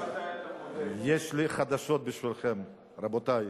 אז יש לי חדשות בשבילכם, רבותי: